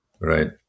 Right